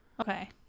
okay